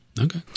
Okay